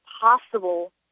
possible